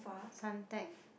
Suntec